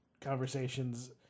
conversations